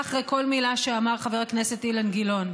אחרי כל מילה שאמר חבר הכנסת אילן גילאון.